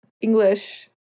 English